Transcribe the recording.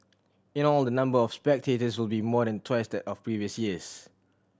in all the number of spectators will be more than twice that of previous years